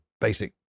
basic